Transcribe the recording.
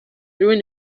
during